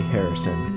Harrison